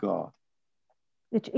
God